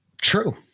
True